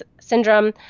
syndrome